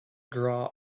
grá